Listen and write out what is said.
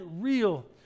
real